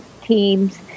teams